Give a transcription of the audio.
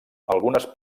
algunes